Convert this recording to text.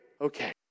Okay